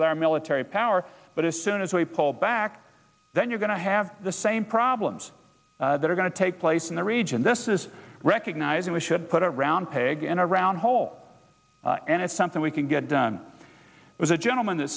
with our military power but as soon as we pull back then you're going to have the same problems that are going to take place in the region this is recognizing we should put a round peg in a round hole and it's something we can get done was a gentleman that